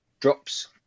drops